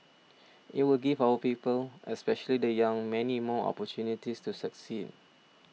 it will give our people especially the young many more opportunities to succeed